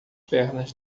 pernas